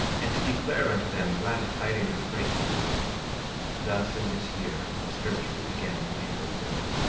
and did declare unto them glad tidings of great joy thus in this year the scriptures began to be fulfilled.